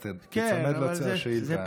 אז תיצמד לשאילתה.